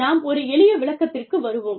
நாம் ஒரு எளிய விளக்கத்திற்கு வருவோம்